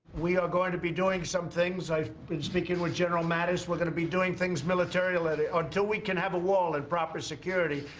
we are going to be doing some things i've been speaking with general mattis we're going to be doing things militarilety until we can have a wall and proper security,